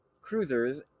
cruisers